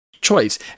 choice